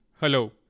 Hello